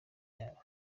yabo